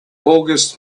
august